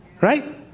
Right